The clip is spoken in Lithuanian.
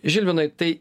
žilvinai tai